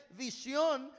visión